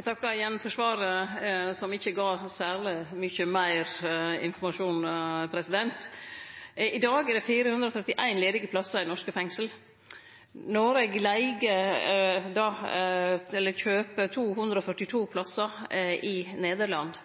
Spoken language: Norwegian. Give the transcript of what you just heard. Eg takkar igjen for svaret, som ikkje gav særleg mykje meir informasjon. I dag er det 431 ledige plassar i norske fengsel. Noreg kjøper 242 plassar i Nederland.